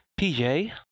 PJ